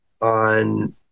on